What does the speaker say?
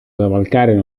cavalcare